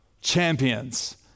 champions